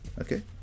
Okay